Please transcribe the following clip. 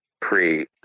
pre